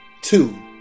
Two